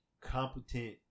competent